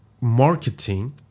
marketing